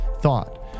thought